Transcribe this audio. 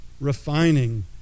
refining